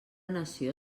nació